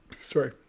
sorry